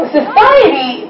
society